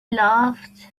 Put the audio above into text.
laughed